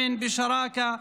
בביטחון,